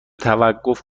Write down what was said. توقف